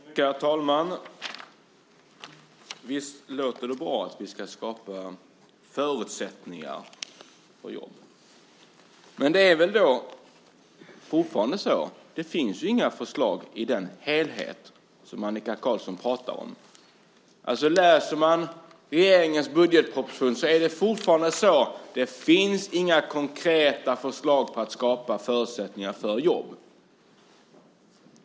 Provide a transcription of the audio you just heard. Herr talman! Visst låter det bra att vi ska skapa förutsättningar för jobb. Men fortfarande finns det inga förslag i den helhet som Annika Qarlsson pratar om. Läser man regeringens budgetproposition ser man att det fortfarande inte finns några konkreta förslag om att skapa förutsättningar för jobb.